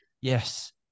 Yes